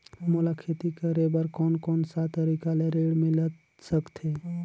मोला खेती करे बर कोन कोन सा तरीका ले ऋण मिल सकथे?